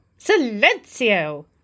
Silencio